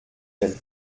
elle